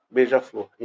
Beija-Flor